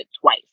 twice